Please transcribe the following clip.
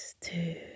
two